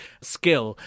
skill